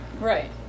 Right